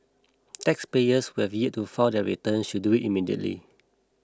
taxpayers who have yet to file their return should do immediately